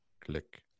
Click